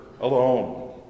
alone